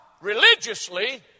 religiously